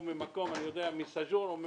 או ממקום אחר.